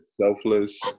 Selfless